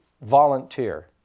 volunteer